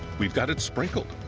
we've got it sprinkled.